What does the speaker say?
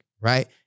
right